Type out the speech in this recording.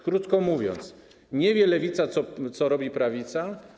Krótko mówiąc, nie wie lewica, co robi prawica.